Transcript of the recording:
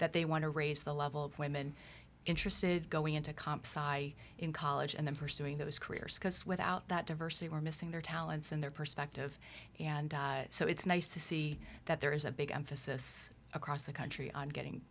that they want to raise the level of women interested going into comps i in college and then pursuing those careers because without that diversity we're missing their talents and their perspective and so it's nice to see that there is a big emphasis across the country on getting